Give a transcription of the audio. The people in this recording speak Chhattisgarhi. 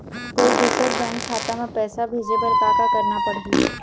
कोई दूसर बैंक खाता म पैसा भेजे बर का का करना पड़ही?